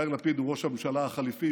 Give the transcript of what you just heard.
יאיר לפיד הוא ראש הממשלה החליפי,